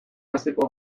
hasiko